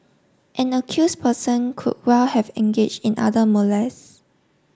an accused person could well have engaged in other molest